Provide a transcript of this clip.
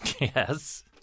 Yes